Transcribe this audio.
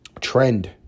trend